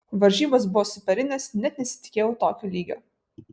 varžybos buvo superinės net nesitikėjau tokio lygio